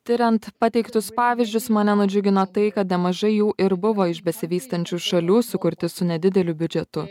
tiriant pateiktus pavyzdžius mane nudžiugino tai kada nemažai jų ir buvo iš besivystančių šalių sukurti su nedideliu biudžetu